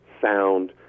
sound